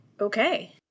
okay